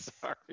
sorry